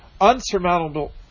unsurmountable